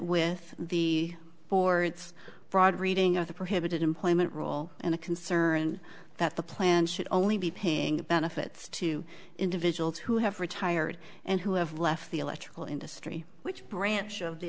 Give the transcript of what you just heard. with the board's broad reading of the prohibited employment role in a concern that the plan should only be paying benefits to individuals who have retired and who have left the electrical industry which branch of the